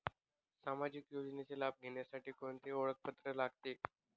सामाजिक योजनेचा लाभ घेण्यासाठी कोणते ओळखपत्र लागते?